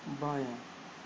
بایاں